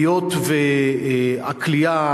היות שהכליאה,